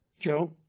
Joe